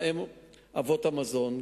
ובהם אבות המזון,